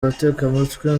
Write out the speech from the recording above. abatekamutwe